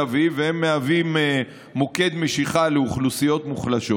אביב והם מהווים מוקד משיכה לאוכלוסיות מוחלשות,